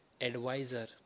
advisor